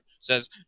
says